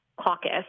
Caucus